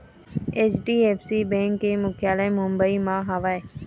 HDFC bank के मुख्यालय मुंबई म हवय